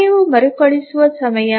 ಕಾರ್ಯವು ಮರುಕಳಿಸುವ ಸಮಯ